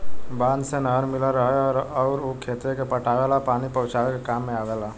बांध से नहर मिलल रहेला अउर उ खेते के पटावे ला पानी पहुचावे के काम में आवेला